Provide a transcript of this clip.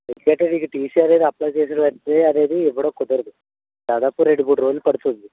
ఎందుకంటే నీకు టీసీ అనేది అప్లై చేసిన వెంటనే అనేది ఇవ్వడం కుదరదు దాదాపు రెండు మూడు రోజులు పడుతుంది